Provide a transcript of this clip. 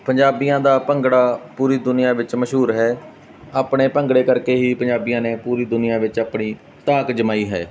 ਪੰਜਾਬੀਆਂ ਦਾ ਭੰਗੜਾ ਪੂਰੀ ਦੁਨੀਆਂ ਵਿੱਚ ਮਸ਼ਹੂਰ ਹੈ ਆਪਣੇ ਭੰਗੜੇ ਕਰਕੇ ਹੀ ਪੰਜਾਬੀਆਂ ਨੇ ਪੂਰੀ ਦੁਨੀਆਂ ਵਿੱਚ ਆਪਣੀ ਧਾਕ ਜਮਾਈ ਹੈ